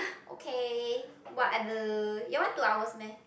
okay what other your one two hours meh